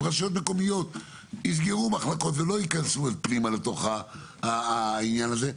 אם רשויות מקומיות יסגרו מחלקות ולא יכנסו פנימה לתוך העניין הזה,